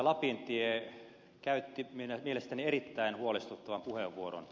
lapintie käytti mielestäni erittäin huolestuttavan puheenvuoron